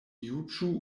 juĝu